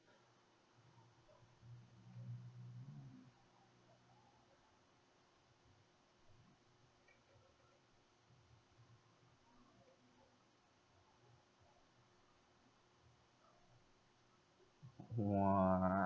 !wah!